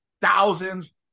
thousands